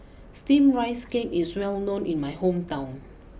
Steamed Rice Cake is well known in my hometown